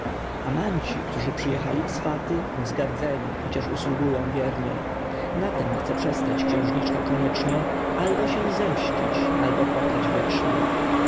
ciernie amanci którzy przyjechali w swaty wzgardzeni chociaż usługują wiernie na tem chce przestać xiężniczka koniecznie albo się zemscić albo płakać wiecznie